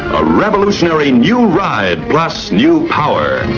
a revolutionary new ride plus new power.